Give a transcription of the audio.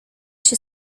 się